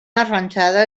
arranjada